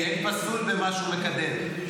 אין פסול במה שהוא מקדם.